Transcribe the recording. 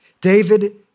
David